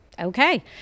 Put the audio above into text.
okay